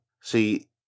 See